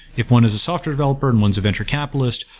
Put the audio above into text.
if one is a software developer and one is a venture capitalist,